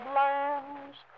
lands